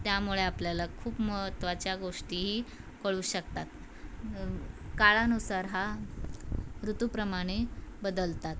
त्यामुळे आपल्याला खूप महत्त्वाच्या गोष्टीही कळू शकतात काळानुसार हा ऋतूप्रमाणे बदलतात